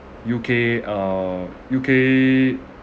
U_K uh U_K